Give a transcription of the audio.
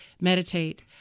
meditate